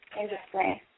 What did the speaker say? Interesting